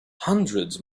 hundreds